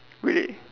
great